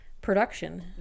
production